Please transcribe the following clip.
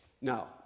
now